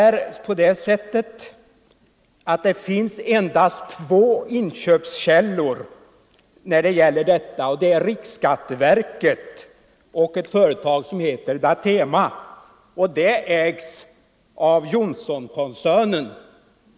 Det finns endast två inköpskällor för sådana, och det är riksskatteverket och ett företag som heter Datema och som ägs av Johnsonkoncernen.